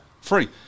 free